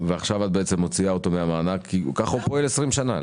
ועכשיו את בעצם מוציאה אותו מן המענק כך הוא פועל כבר 20 שנים.